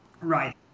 Right